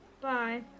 Bye